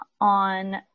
on